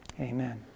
amen